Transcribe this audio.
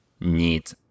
need